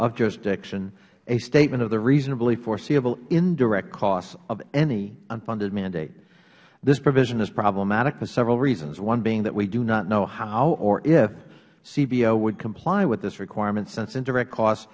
of jurisdiction a statement of the reasonably foreseeable indirect costs of any unfunded mandate this provision is problematic for several reasons one being that we do not know how or if cbo would comply with this requirement since indirect costs